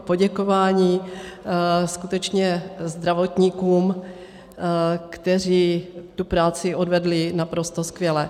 Poděkování skutečně zdravotníkům, kteří tu práci odvedli naprosto skvěle.